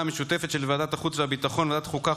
המשותפת של ועדת החוץ והביטחון וועדת החוקה,